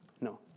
No